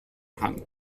hang